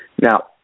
Now